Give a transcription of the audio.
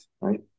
right